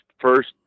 first